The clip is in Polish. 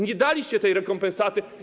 Nie daliście tej rekompensaty.